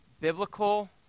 biblical